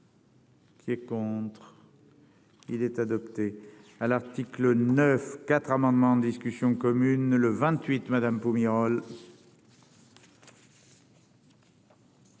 Qui est contre, il est adopté. à l'article 9 4 amendements en discussion commune le 28 madame Pomerol.